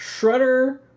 Shredder